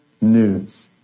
news